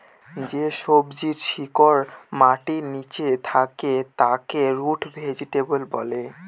যে সবজির শিকড় মাটির নীচে থাকে তাকে রুট ভেজিটেবল বলে